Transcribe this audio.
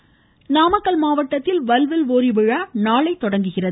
வல்வில் ஓரி விழா நாமக்கல் மாவட்டத்தில் வல்வில் ஓரி விழா நாளை தொடங்குகிறது